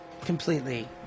completely